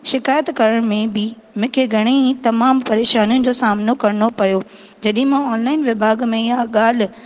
शिकायत करण में बि मूंखे घणी ई तमामु परेशानियुनि जो सामिनो करिणो पियो जॾहिं मां ऑनलाइन विभाॻ में इहा ॻाल्हि